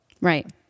Right